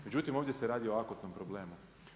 Međutim, ovdje se radi o akutnom problemu.